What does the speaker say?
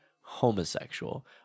homosexual